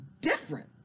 different